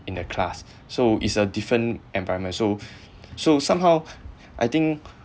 in their class so it's a different environment so so somehow I think